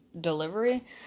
delivery